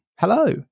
Hello